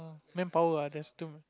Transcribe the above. manpower ah there's two